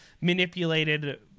manipulated